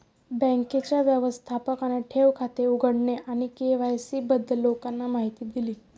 बँकेच्या व्यवस्थापकाने ठेव खाते उघडणे आणि के.वाय.सी बद्दल लोकांना माहिती दिली